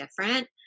different